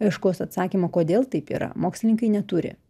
aiškaus atsakymo kodėl taip yra mokslininkai neturi